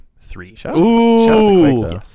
Three